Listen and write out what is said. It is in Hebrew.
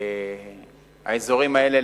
האזורים האלה,